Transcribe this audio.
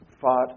fought